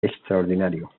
extraordinario